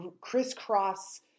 crisscross